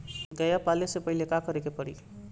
गया पाले से पहिले का करे के पारी?